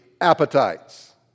appetites